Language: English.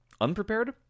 unprepared